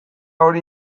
hori